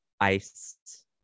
iced